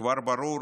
כבר ברור